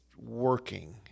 working